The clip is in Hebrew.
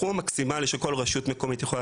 הסכום המקסימלי שכל רשות מקומית יכולה